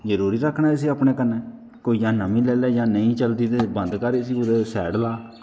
जरूरी रक्खना इसी अपने कन्नै कोई जां नमीं ले लै जां नेईं चलदी ते बंद कर इसी ते सैड ला